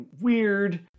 weird